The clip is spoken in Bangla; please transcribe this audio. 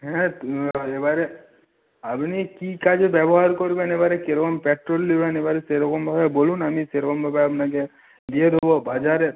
হ্যাঁ এবারে আপনি কী কাজে ব্যবহার করবেন এবারে কীরকম পেট্রোল নেবেন এবারে সেরকমভাবে বলুন আমি সেরকমভাবে আপনাকে দিয়ে দেবো বাজারে